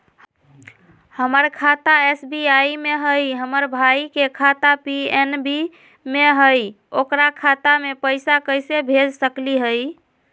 हमर खाता एस.बी.आई में हई, हमर भाई के खाता पी.एन.बी में हई, ओकर खाता में पैसा कैसे भेज सकली हई?